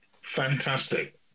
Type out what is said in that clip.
Fantastic